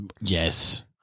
Yes